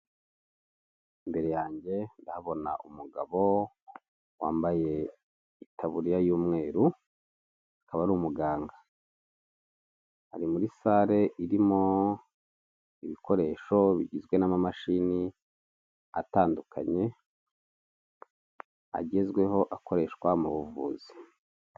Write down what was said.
Imbere yanjye ndahabona umugabo wambaye itaburiya y'umweru akaba ari umuganga, ari muri sale irimo ibikoresho bigizwe n'amamashini atandukanye agezweho akoreshwa mu buvuzi.